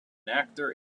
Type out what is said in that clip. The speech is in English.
actor